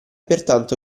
pertanto